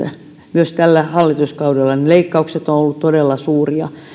myös tällä hallituskaudella ne leikkaukset ovat olleet todella suuria